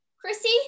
Chrissy